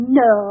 no